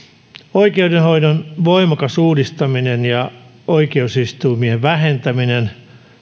oikeudenhoidon voimakas uudistaminen ja oikeusistuimien vähentäminen